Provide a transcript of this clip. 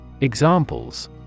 Examples